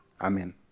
Amen